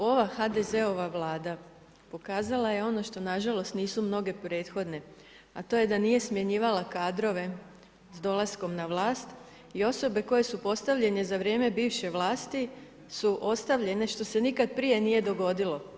Ova HDZ-ova Vlada, pokazala je ono što nažalost nisu mnoge prethodne, a to je da nije smanjivala kadrove s dolaskom na vlast i osobe koje su postavljene za vrijeme bivše vlasti, su ostavljene, što se nikada prije nije dogodilo.